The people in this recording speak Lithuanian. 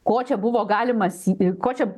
ko čia buvo galima sie ko čia